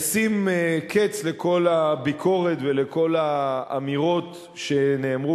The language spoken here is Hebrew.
ישים קץ לכל הביקורת ולכל האמירות שנאמרו